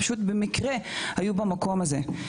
אלא במקרה היו במקום הזה.